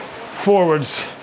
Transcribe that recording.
forwards